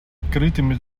открытыми